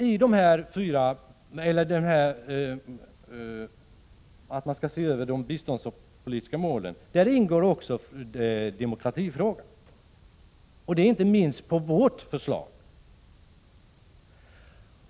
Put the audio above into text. När man ser över de biståndspolitiska målen ingår också demokratifrågan, inte minst i vårt förslag.